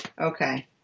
Okay